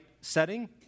setting